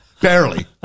barely